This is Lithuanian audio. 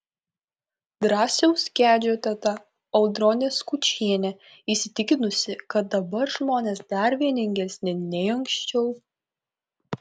drąsiaus kedžio teta audronė skučienė įsitikinusi kad dabar žmonės dar vieningesni nei anksčiau